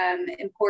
important